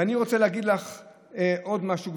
ואני רוצה להגיד לך עוד משהו,